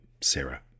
Sarah